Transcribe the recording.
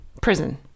Prison